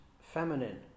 feminine